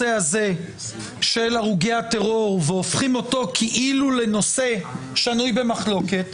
הרוגי הטרור והופכים את זה לנושא שנוי במחלוקת.